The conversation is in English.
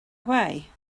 away